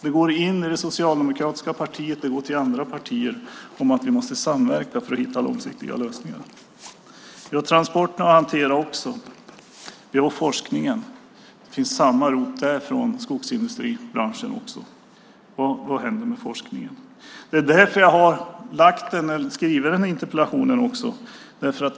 Det går in i det socialdemokratiska partiet, och det går till andra partier: Vi måste samverka för att hitta långsiktiga lösningar. Vi har också transporter att hantera. Vi har forskningen. Det finns samma rop från skogsindustribranschen där också. Vad händer med forskningen? Därför har jag skrivit den här interpellationen.